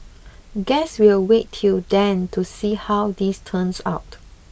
guess we'll wait till then to see how this turns out